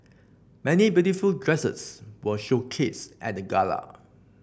many beautiful dresses were showcased at the gala